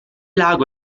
lago